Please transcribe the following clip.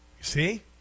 see